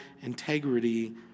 integrity